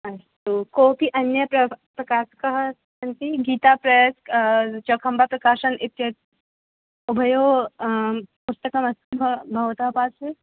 अस्तु कोऽपि अन्य प्रक् प्रकाशकः सन्ति गीताप्रेस् चौखम्बा प्रकाशन् इत्य उभयोः पुस्तकम् अस्ति भवतः पार्श्वे